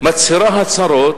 מצהירה הצהרות,